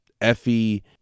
Effie